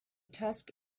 tusk